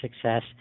success